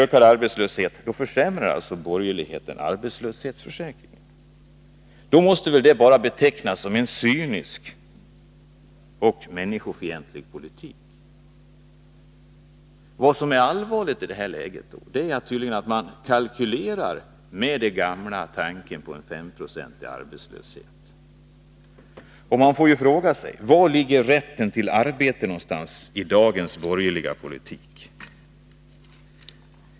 När arbetslösheten ökar försämrar alltså borgerligheten arbetslöshetsförsäkringen. Nog måste det betecknas som en cynisk och människofientlig politik! Vad som är särskilt allvarligt i detta läge är att man nu tydligen återigen kalkylerar med en 5-procentig arbetslöshet. Var finns rätten till arbete i dagens borgerliga politik?